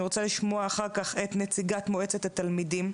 אחר כך אני רוצה לשמוע את נציגת מועצת התלמידים,